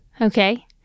okay